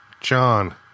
John